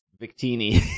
Victini